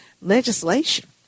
legislation